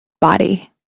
body